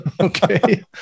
Okay